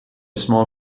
small